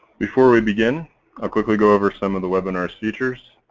before we begin i'll quickly go over some of the webinar's features.